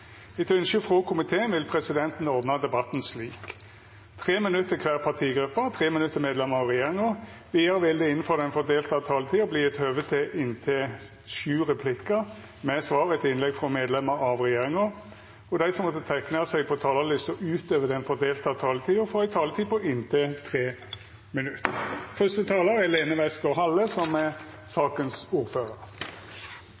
Etter ynske frå energi- og miljøkomiteen vil presidenten ordna debatten slik: 3 minutt til kvar partigruppe og 3 minutt til medlemer av regjeringa. Vidare vil det – innanfor den fordelte taletida – verta gjeve høve til inntil sju replikkar med svar etter innlegg frå medlemer av regjeringa, og dei som måtte teikna seg på talarlista utover den fordelte taletida, får også ei taletid på inntil 3 minutt. Det er lite som er